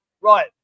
Right